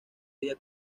día